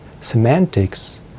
semantics